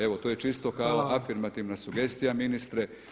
Evo to je čisto kao afirmativna sugestija ministre.